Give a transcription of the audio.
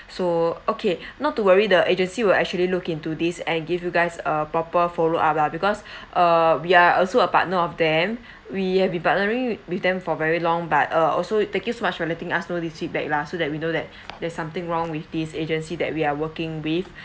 so okay not to worry the agency will actually look into this and give you guys a proper follow up lah because uh we are also a partner of them we have been partnering with them for very long but uh also thank you so much for letting us know this feedback lah so that we know that there's something wrong with this agency that we are working with